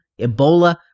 Ebola